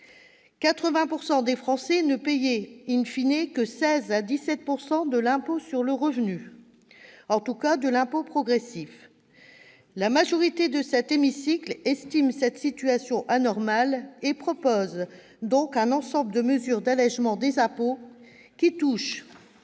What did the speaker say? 80 % des Français ne payaient,, que 16 à 17 % de l'impôt sur le revenu- en tout cas, de l'impôt progressif. La majorité de cet hémicycle juge cette situation anormale et propose donc un ensemble de mesures d'allégement d'impôt touchant,